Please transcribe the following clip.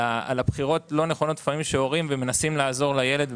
ועל בחירות לא נכונות שהורים עושים כשהם מנסים לעזור לילד.